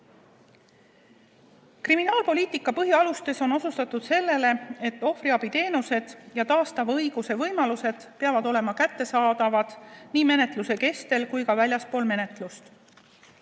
rakendamata. Kriminaalpoliitika põhialustes on osutatud sellele, et ohvriabiteenused ja taastava õiguse võimalused peavad olema kättesaadavad nii menetluse kestel kui ka väljaspool menetlust.